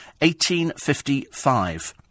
1855